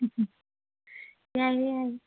ꯌꯥꯏꯌꯦ ꯌꯥꯏꯌꯦ